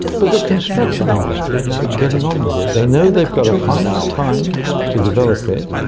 but the construction industry are now getting on with it. they know they've got a finite time to develop it,